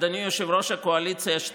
אדוני יושב-ראש הקואליציה.